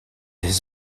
his